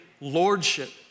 lordship